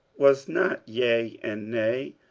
was not yea and nay,